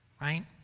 right